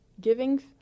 Giving